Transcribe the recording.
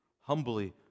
humbly